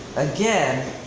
again,